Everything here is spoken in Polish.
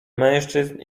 mężczyzn